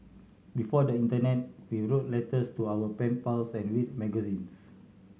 before the internet we wrote letters to our pen pals and read magazines